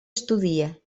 estudie